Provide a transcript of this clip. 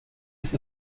ist